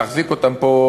להחזיק אותם פה,